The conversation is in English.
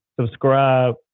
subscribe